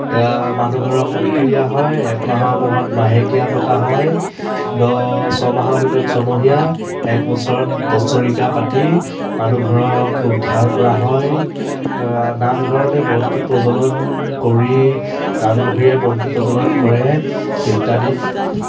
মানুহঘৰক মুক্তি দিয়া হয় এক মাহৰ মুৰত মাহেকীয়া পতা হয় দহ ছমাহৰ ভিতৰত ছমহীয়া এক বছৰত বছৰেকীয়া পাতি মানুহঘৰক উদ্ধাৰ কৰা হয় নামঘৰতে বন্তি প্ৰজলন কৰি নামঘৰীয়াই বন্তি প্ৰজলন কৰে ইত্যাদি